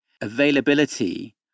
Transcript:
availability